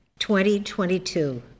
2022